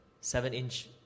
seven-inch